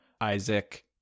Isaac